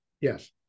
yes